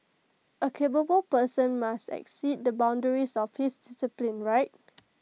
A capable person must exceed the boundaries of his discipline right